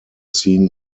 seen